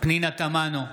פנינה תמנו,